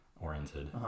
oriented